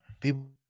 people